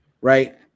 right